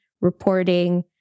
reporting